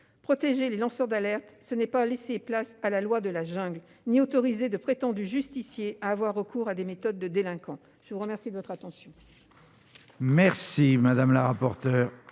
Protéger les lanceurs d'alerte, ce n'est pas laisser place à la loi de la jungle ni autoriser de prétendus justiciers à avoir recours à des méthodes de délinquants. La parole est à Mme